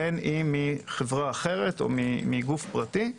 בין אם מחברה אחרת או מגוף פרטי.